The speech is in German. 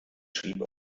schrieb